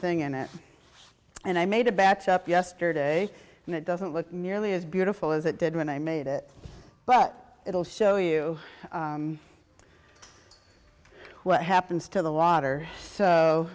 thing in it and i made a batch up yesterday and it doesn't look nearly as beautiful as it did when i made it but it will show you what happens to the water so